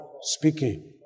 Speaking